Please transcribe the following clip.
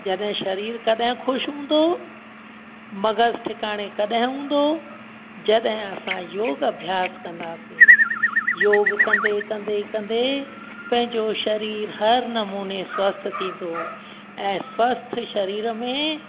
जॾहिं शरीर कॾहिं ख़ुशि हूंदो मॻज ठिकाणे कॾहिं हूंदो जॾहिं असां योगु अभ्यासु कंदासीं योगु कंदे कंदे कंदे पंहिंजो शरीर हर नमूने स्वस्थ थींदो ऐं स्वस्थ शरीर में